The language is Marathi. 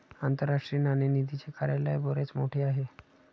आंतरराष्ट्रीय नाणेनिधीचे कार्यालय बरेच मोठे आहे